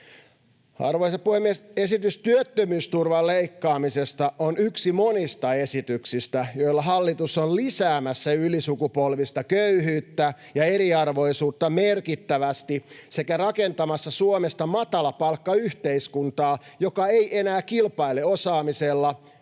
Arvoisa puhemies! Esitys työttömyysturvan leikkaamisesta on yksi monista esityksistä, joilla hallitus on lisäämässä ylisukupolvista köyhyyttä ja eriarvoisuutta merkittävästi sekä rakentamassa Suomesta matalapalkkayhteiskuntaa, joka ei enää kilpaile osaamisella,